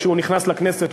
כשהוא נכנס לכנסת,